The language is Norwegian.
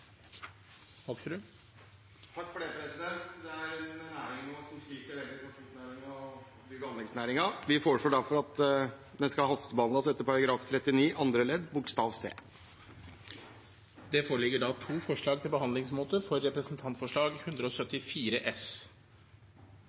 Takk for det, president. Transportnæringen og bygg- og anleggsnæringen er næringer som sliter veldig nå. Vi foreslår derfor at dette representantforslaget skal hastebehandles etter Stortingets forretningsorden § 39 andre ledd c. Det foreligger da to forslag til behandlingsmåte for Dokument 8:174 S.